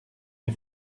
des